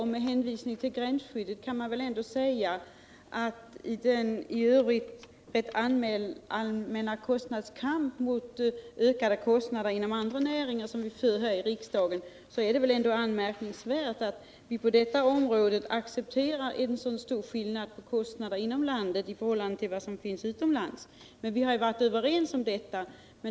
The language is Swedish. Med hänvisning till den i övrigt allmänna kostnadskamp som förs mot ökade kostnader inom andra näringar här i riksdagen är det väl ändå anmärkningsvärt att vi på detta område accepterar en så stor skillnad mellan kostnader inom landet och motsvarande kostnader utomlands. Vi har varit överens om detta.